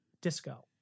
Disco